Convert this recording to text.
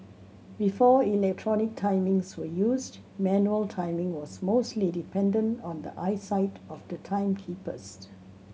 before electronic timings were used manual timing was mostly dependent on the eyesight of the timekeepers